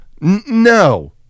no